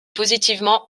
positivement